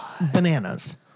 Bananas